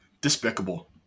Despicable